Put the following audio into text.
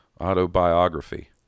autobiography